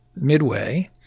Midway